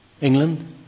England